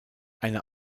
eine